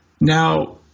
now